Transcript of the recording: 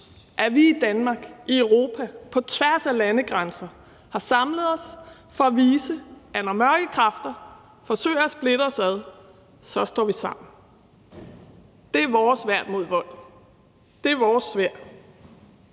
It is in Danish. at vi i Danmark, i Europa på tværs af landegrænser har samlet os for at vise, at når mørke kræfter forsøger at splitte os ad, står vi sammen. Det er vores værn mod vold, det er vores sværd,